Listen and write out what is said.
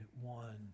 one